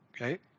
Okay